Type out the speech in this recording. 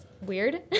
weird